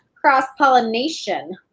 cross-pollination